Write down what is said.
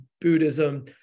Buddhism